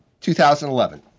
2011